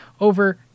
over